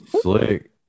Slick